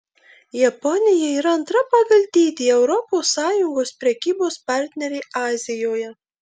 japonija yra antra pagal dydį europos sąjungos prekybos partnerė azijoje